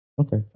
Okay